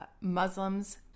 Muslims